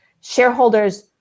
shareholders